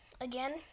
again